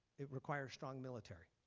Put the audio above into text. it requires strong military.